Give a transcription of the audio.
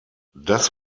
das